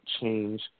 change